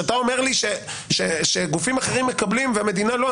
כשאתה אומר לי שגופים אחרים מקבלים והמדינה לא,